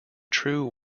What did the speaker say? true